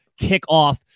kickoff